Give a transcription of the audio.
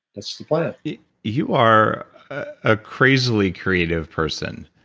that's the plan you are a crazily creative person.